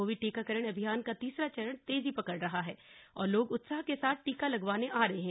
Covid टीकाकरण अभियान का तीसरा चरण तेजी पकड रहा है और लोग उत्साह के साथ टीका लगवाने आ रहे हैं